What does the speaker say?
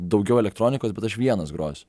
daugiau elektronikos bet aš vienas grosiu